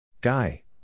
Guy